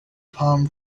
palm